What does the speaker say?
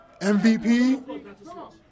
MVP